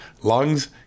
lungs